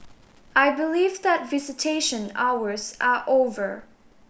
I believe that visitation hours are over